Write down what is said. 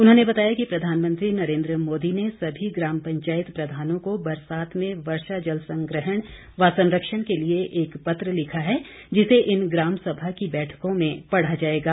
उन्होंने बताया कि प्रधानंत्री नरेन्द्र मोदी ने सभी ग्राम पंचायत प्रधानों को बरसात में वर्षा जल संग्रहण व संरक्षण के लिए एक पत्र लिखा है जिसे इन ग्राम सभा की बैठकों में पढ़ा जाएगा